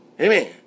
Amen